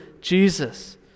Jesus